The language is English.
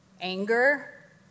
anger